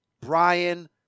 brian